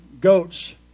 goats